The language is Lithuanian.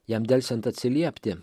jam delsiant atsiliepti